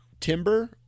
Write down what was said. timber